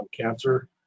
cancer